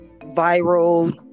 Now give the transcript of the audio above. viral